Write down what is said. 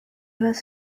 was